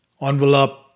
envelope